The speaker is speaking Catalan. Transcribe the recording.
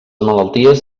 malalties